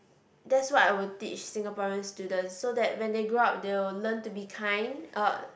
that's what I will teach Singaporean students so that when they grow up they will learn to be kind uh